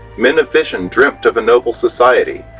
men of vision dreamt of a noble society,